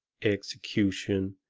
execution,